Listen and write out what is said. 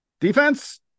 Defense